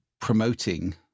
promoting